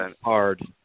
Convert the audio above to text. hard